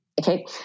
okay